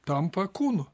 tampa kūnu